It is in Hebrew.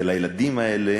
ולילדים האלה